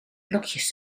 blokjes